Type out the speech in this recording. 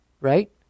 Right